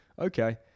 okay